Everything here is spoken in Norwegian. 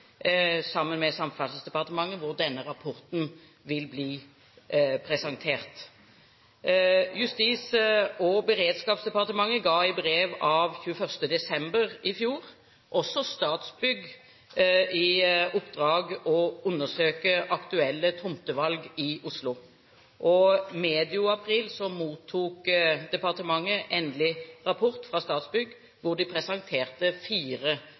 sammen med Samferdselsdepartementet, hvor denne rapporten vil bli presentert. Justis- og beredskapsdepartementet ga i et brev av 21. desember i fjor Statsbygg i oppdrag å undersøke aktuelle tomtevalg i Oslo. Medio april mottok departementet endelig rapport fra Statsbygg hvor de presenterte fire